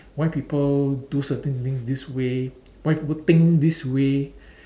why people do certain things this way why people think this way